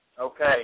Okay